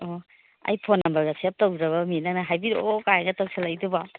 ꯑꯣ ꯑꯩ ꯐꯣꯟ ꯅꯝꯕꯔꯒ ꯁꯦꯕ ꯇꯧꯗ꯭ꯔꯕꯃꯤ ꯅꯪꯅ ꯍꯥꯏꯕꯤꯔꯛꯑꯣ ꯀꯥꯏꯅꯒ ꯇꯧꯁꯤꯜꯂꯛꯏꯗꯨꯕꯣ